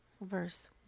verse